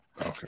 Okay